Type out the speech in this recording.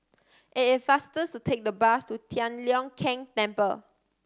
it is faster to take the bus to Tian Leong Keng Temple